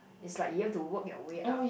is like you have to work your way up